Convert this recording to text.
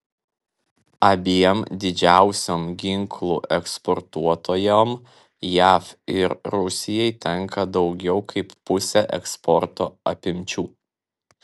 abiem didžiausiom ginklų eksportuotojom jav ir rusijai tenka daugiau kaip pusė eksporto apimčių